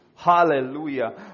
Hallelujah